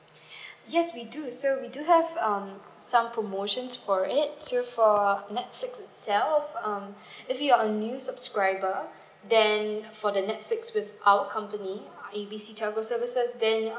yes we do so we do have um some promotions for it so for netflix itself um if you're a new subscriber then for the netflix with our company A B C telco services then